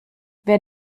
wer